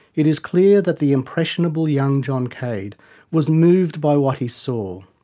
it is clear that the impressionable young john cade was moved by what he saw.